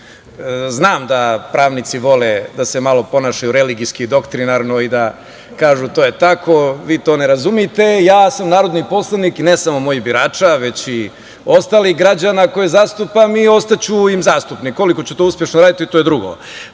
Znam da pravnici vole da se malo ponašaju religijski, doktrinarno, i da kažu to je tako, vi to ne razumete. Ja sam narodni poslanik i ne samo mojih birača već i ostalih građana koje zastupam i ostaću im zastupnik, koliko ću to uspešno raditi, to je drugo. Dakle,